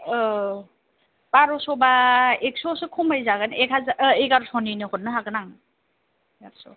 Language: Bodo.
औ बार'स'बा एकस'सो खमायजागोन एक हाजार औ एगार'सनिनो हरनो हागोन आं